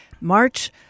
March